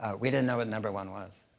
ah we didn't know what number one was.